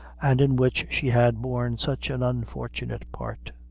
and in which she had borne such an unfortunate part.